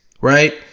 right